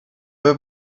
were